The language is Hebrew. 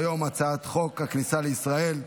אני קובע כי הצעת חוק חובת מיגון לנכים,